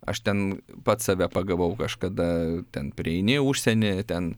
aš ten pats save pagavau kažkada ten prieini užsieny ten